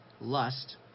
lust